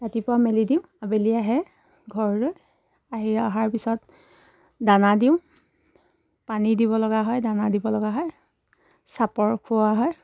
ৰাতিপুৱা মেলি দিওঁ আবেলি আহে ঘৰলৈ আহি অহাৰ পিছত দানা দিওঁ পানী দিব লগা হয় দানা দিব লগা হয় চাপৰ খোৱা হয়